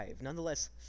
nonetheless